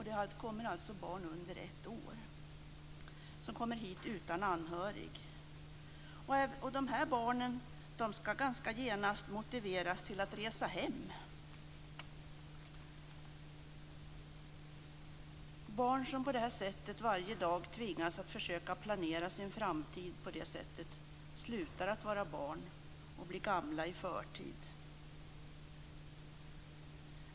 Det kommer alltså hit barn under ett års ålder utan anhöriga. De här barnen skall ganska genast motiveras att resa "hem". Barn som på det här sättet varje dag tvingas att försöka planera sin framtid slutar att vara barn och blir gamla i förtid.